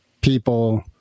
people